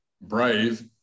brave